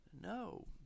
No